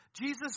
Jesus